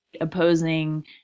opposing